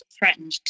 threatened